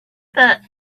but